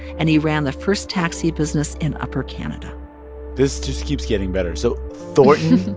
and he ran the first taxi business in upper canada this just keeps getting better. so thornton